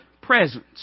presence